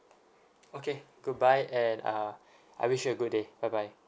okay goodbye and uh I wish you a good day bye bye